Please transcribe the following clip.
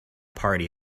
party